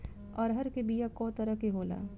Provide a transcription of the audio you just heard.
अरहर के बिया कौ तरह के होला?